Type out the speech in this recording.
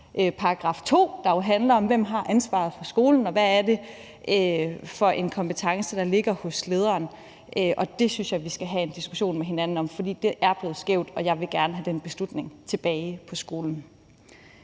2, der handler om, hvem der har ansvaret for skolen, og hvad det er for en kompetence, der ligger hos lederen, og det synes jeg vi skal have en diskussion med hinanden om, for det er blevet skævt, og jeg vil gerne have den beslutning tilbage på skolen.